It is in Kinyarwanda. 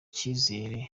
cyizere